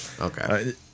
Okay